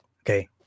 Okay